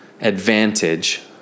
advantage